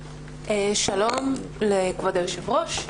שלום לכבוד היושב-ראש.